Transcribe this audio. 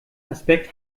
aspekt